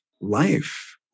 life